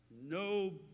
No